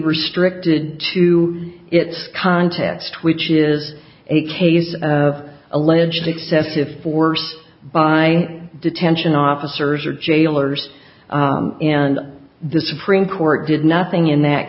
restricted to its context which is a case of alleged excessive force by detention officers or jailers and the supreme court did nothing in that